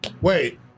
Wait